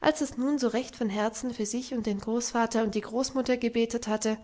als es nun so recht von herzen für sich und den großvater und die großmutter gebetet hatte